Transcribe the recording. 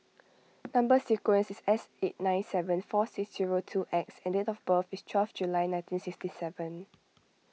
Number Sequence is S eight nine seven four six zero two X and date of birth is twelve July nineteen sixty seven